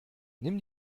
nimm